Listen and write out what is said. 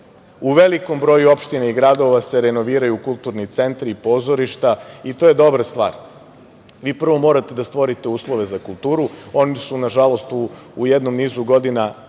U velikom broju opština i gradova, se renoviraju kulturni centri i pozorišta i to je dobra stvar. Vi prvo, morate da stvorite uslove za kulturu, oni su na žalost u jednom nizu godina,